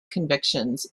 convictions